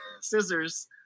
scissors